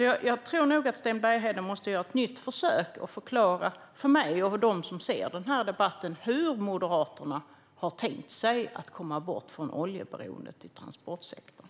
Jag tror nog att Sten Bergheden måste göra ett nytt försök att förklara för mig och dem som ser debatten hur Moderaterna har tänkt sig att komma bort från oljeberoendet i transportsektorn.